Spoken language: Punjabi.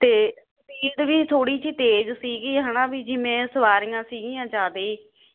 ਤੇ ਸਪੀਡ ਵੀ ਥੋੜੀ ਜਿਹੀ ਤੇਜ਼ ਸੀਗੀ ਹਨਾ ਵੀ ਜਿਵੇਂ ਸਵਾਰੀਆਂ ਸੀਗੀਆਂ ਜਿਆਦੇ